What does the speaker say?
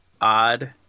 odd